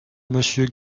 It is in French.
monsieur